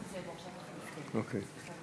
בבקשה,